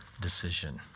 decision